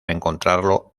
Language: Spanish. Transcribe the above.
encontrarlo